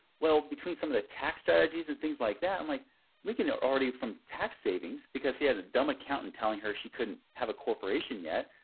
well, between some of the tax strategies and things like that, i'm like we can already from tax savings because he had a dumb accountant telling her she couldn't have a corporation yet.